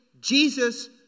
Jesus